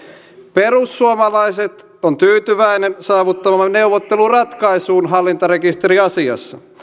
perussuomalaiset ovat tyytyväisiä saavuttamaansa neuvotteluratkaisuun hallintarekisteriasiassa